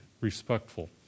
respectful